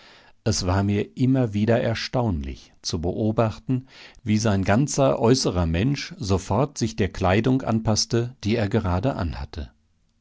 es war mir immer wieder erstaunlich zu beobachten wie sein ganzer äußerer mensch sofort sich der kleidung anpaßte die er gerade anhatte